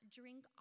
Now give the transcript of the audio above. drink